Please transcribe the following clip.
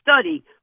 study